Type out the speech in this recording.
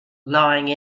lying